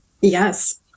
yes